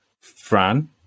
Fran